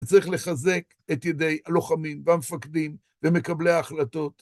צריך לחזק את ידי הלוחמים והמפקדים ומקבלי ההחלטות.